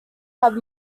have